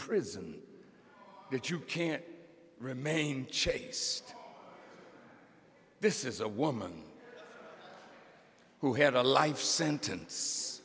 prison that you can't remain chaste this is a woman who had a life sentence